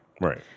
Right